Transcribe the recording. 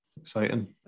Exciting